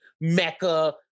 mecca